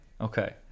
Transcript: Okay